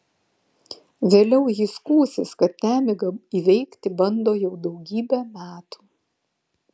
vėliau ji skųsis kad nemigą įveikti bando jau daugybę metų